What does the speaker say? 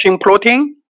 protein